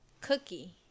cookie